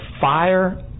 fire